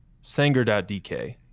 Sanger.dk